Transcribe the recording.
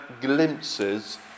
glimpses